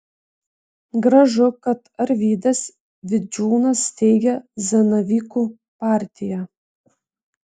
gražu kad arvydas vidžiūnas steigia zanavykų partiją